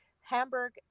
hamburg